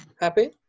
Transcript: Happy